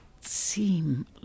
seem